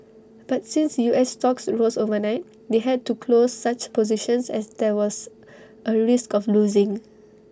but since U S stocks rose overnight they had to close such positions as there was A risk of losing